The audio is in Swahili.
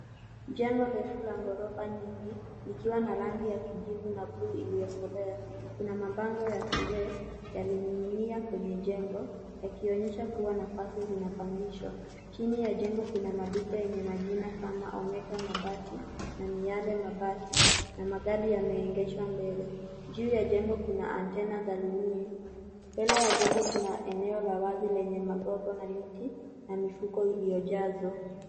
Jengo refu la ghorofa nyingi likiwa na rangi ya kijivu na bluu iliyokolea. Kuna mabango ya to let yamening'inia kwenye jengo, yakionyesha kuwa nafasi zinapangishwa. Chini ya jengo kuna maduka yenye majina kama "omega mabati" na "miale mabati" na magari yameegeshwa mbele. Juu ya jengo kuna antenna za rununu. Mbele ya jengo kuna eneo la wazi lenye magogo na miti na mifuko iliyojazwa.